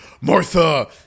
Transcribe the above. Martha